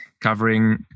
covering